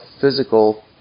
physical